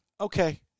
okay